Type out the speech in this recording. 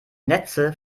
netze